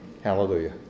Hallelujah